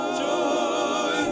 joy